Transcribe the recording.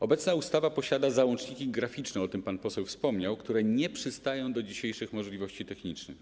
Obecna ustawa posiada załączniki graficzne, o tym pan poseł wspomniał, które nie przystają do dzisiejszych możliwości technicznych.